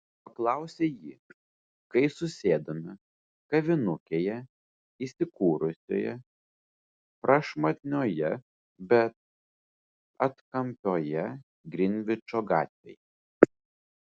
paklausė ji kai susėdome kavinukėje įsikūrusioje prašmatnioje bet atkampioje grinvičo gatvėje